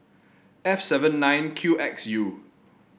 F seven nine Q X U